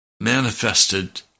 manifested